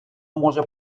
може